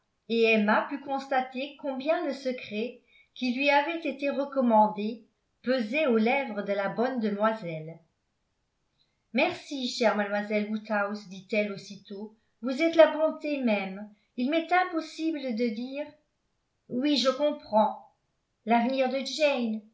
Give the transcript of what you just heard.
et emma put constater combien le secret qui lui avait été recommandé pesait aux lèvres de la bonne demoiselle merci chère mademoiselle woodhouse dit-elle aussitôt vous êtes la bonté même il m'est impossible de dire oui je comprends l'avenir de jane